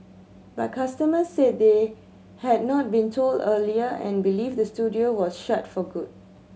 but customers said they had not been told earlier and believe the studio was shut for good